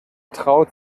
traut